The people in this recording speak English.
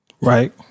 Right